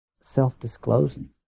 self-disclosing